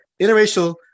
interracial